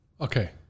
Okay